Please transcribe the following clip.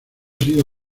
sido